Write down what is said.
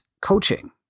coaching